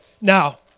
Now